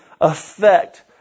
affect